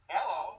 Hello